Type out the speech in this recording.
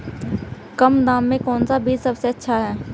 कम दाम में कौन सा बीज सबसे अच्छा है?